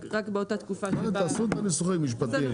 רק באותה תקופה --- תעשו את הניסוחים המשפטיים.